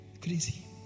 Crazy